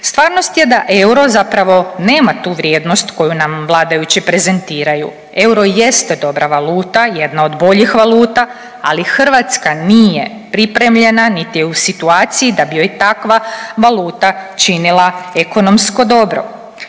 Stvarnost je da euro zapravo nema tu vrijednost koju nam vladajući prezentiraju, euro jeste dobra valuta, jedna od boljih valuta, ali Hrvatska nije pripremljena, niti je u situaciji da bi joj takva valuta činila ekonomsko dobro.